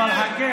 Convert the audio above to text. הינה,